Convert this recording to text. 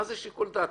מה זה שיקול דעת?